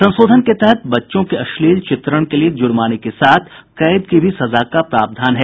संशोधन के तहत बच्चों के अश्लील चित्रण के लिए जुर्माने के साथ कैद की भी सजा का प्रावधान है